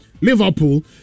Liverpool